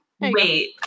Wait